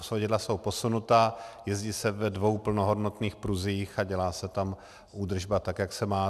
Svodidla jsou posunuta, jezdí se ve dvou plnohodnotných pruzích a dělá se tam údržba, tak jak se má.